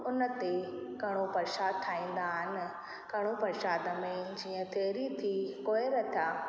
उन ते कणाव प्रशाद ठाहींदा आहिनि कणाव प्रशाद में जीअं तइरी थी कोइर थिया